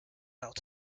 out